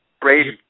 Brady